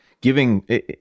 giving